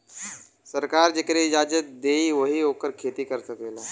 सरकार जेके इजाजत देई वही ओकर खेती कर सकेला